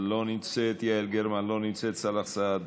לא נמצאת, יעל גרמן, לא נמצאת, סאלח סעד,